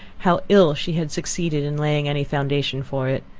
how ill she had succeeded in laying any foundation for it,